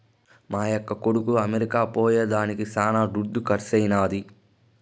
మా యక్క కొడుకు అమెరికా పోయేదానికి శానా దుడ్డు కర్సైనాది